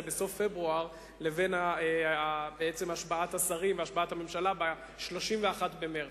בסוף פברואר והשבעת השרים והממשלה ב-31 במרס.